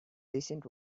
descent